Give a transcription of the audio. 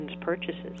purchases